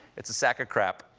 it's a sack of crap!